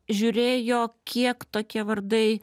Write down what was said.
žiūrėjo kiek tokie vardai